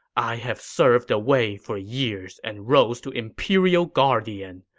i have served the wei for years and rose to imperial guardian.